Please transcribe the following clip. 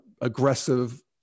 aggressive